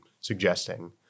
suggesting